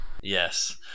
Yes